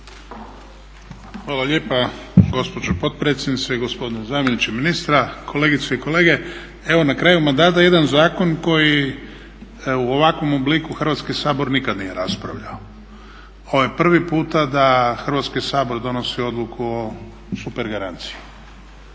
Hvala lijepa. Gospođo potpredsjednice, gospodine zamjeniče ministra, kolegice i kolege. Evo na kraju mandata jedan zakon koji u ovakvom obliku Hrvatski sabor nikad nije raspravljao. Ovo je prvi puta da Hrvatski sabor donosi odluku o supergaranciji.